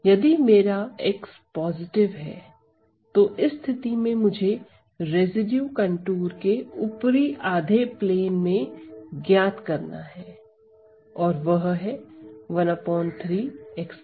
यदि मेरा x positive है तो इस स्थिति में मुझे रेसिड्यू कंटूर के ऊपरी आधे प्लेन में ज्ञात करना है और वह है 13 e 3x